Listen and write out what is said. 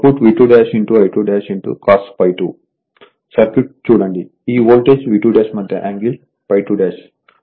circuit చూడండి ఈ voltage V2మధ్య యాంగిల్ ∅2